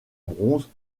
bronze